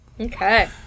Okay